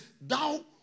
thou